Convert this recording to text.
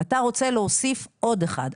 אתה רוצה להוסיף עוד אחד,